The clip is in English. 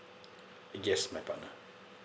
yes my partner